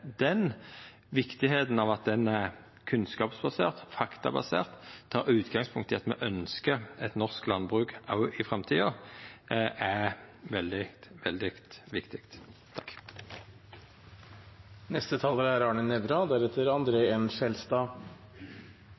At ho er kunnskapsbasert, faktabasert, tek utgangspunkt i at me ønskjer eit norsk landbruk òg i framtida, er veldig, veldig viktig. Først til siste taler, representanten Pollestad, som mener at det ikke er